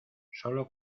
sólo